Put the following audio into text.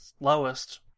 lowest